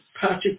Patrick